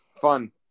Fun